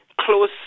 close